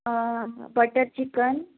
butter chicken